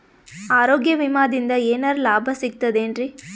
ಆರೋಗ್ಯ ವಿಮಾದಿಂದ ಏನರ್ ಲಾಭ ಸಿಗತದೇನ್ರಿ?